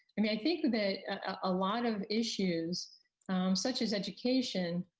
i mean, i think that a lot of issues such as education,